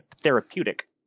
therapeutic